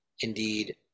Indeed